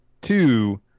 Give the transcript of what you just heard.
Two